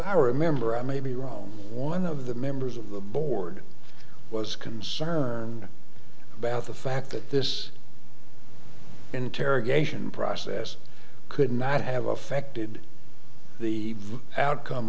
i remember i may be wrong one of the members of the board was concerned about the fact that this interrogation process could not have affected the outcome